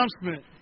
announcement